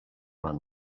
man